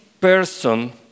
person